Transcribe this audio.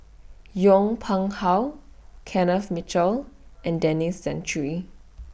Yong Pung How Kenneth Mitchell and Denis Santry